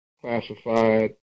classified